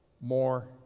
more